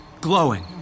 glowing